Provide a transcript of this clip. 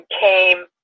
came